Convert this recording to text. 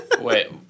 Wait